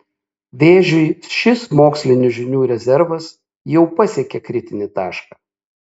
vėžiui šis mokslinių žinių rezervas jau pasiekė kritinį tašką